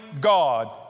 God